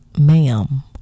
ma'am